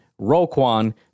Roquan